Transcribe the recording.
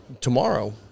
tomorrow